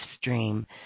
stream